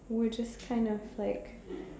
we're just kind of like